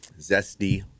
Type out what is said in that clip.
zesty